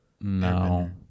No